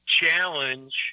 challenge